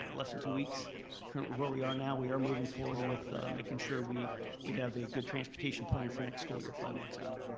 less than two weeks currently where we are now. we are moving forward with making sure we we have a good transportation plan for next school year, five months out.